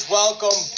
welcome